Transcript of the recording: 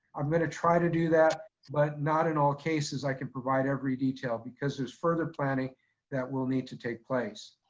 i'm gonna try to do that, but not in all cases i can provide every detail because there's further planning that will need to take place.